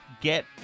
get